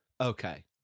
Okay